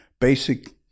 basic